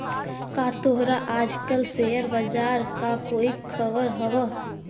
का तोहरा आज कल शेयर बाजार का कोई खबर हवअ